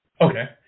Okay